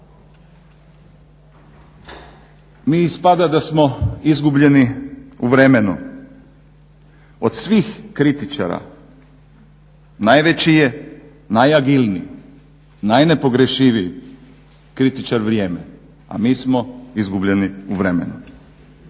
Mi ispada da smo izgubljeni u vremenu. Od svih kritičara najveći je najagilniji, najnepogrešiviji kritičar vrijeme, a mi smo izgubljeni u vremenu.